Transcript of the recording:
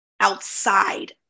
outside